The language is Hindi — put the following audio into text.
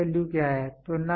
रेफरेंस वैल्यू क्या है